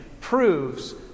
proves